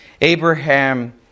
Abraham